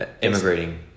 immigrating